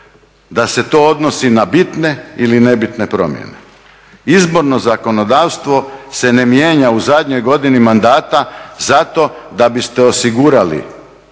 da se to odnosi na bitne ili ne bitne promjene. Izborno zakonodavstvo se ne mijenja u zadnjoj godini mandata zato da biste osigurali